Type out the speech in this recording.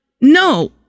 no